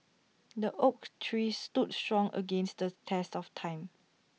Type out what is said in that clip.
the oak tree stood strong against the test of time